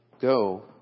go